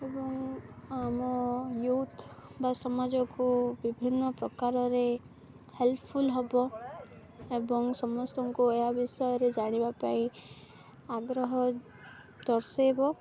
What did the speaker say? ଏବଂ ଆମ ୟୁଥ୍ ବା ସମାଜକୁ ବିଭିନ୍ନ ପ୍ରକାରରେ ହେଲ୍ପଫୁଲ୍ ହବ ଏବଂ ସମସ୍ତଙ୍କୁ ଏହା ବିଷୟରେ ଜାଣିବା ପାଇଁ ଆଗ୍ରହ ଦର୍ଶେଇବ